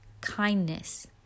kindness